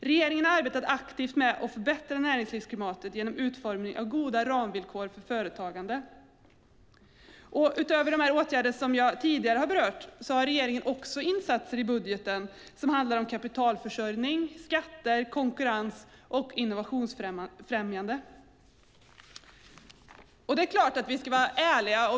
Regeringen har arbetat aktivt med att förbättra näringslivsklimatet genom utformning av goda ramvillkor för företagande. Utöver de åtgärder som jag tidigare har berört har regeringen också insatser i budgeten som handlar om kapitalförsörjning, skatter, konkurrens och innovationsfrämjande. Det är klart att vi ska vara ärliga.